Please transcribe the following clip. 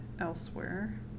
elsewhere